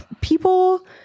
people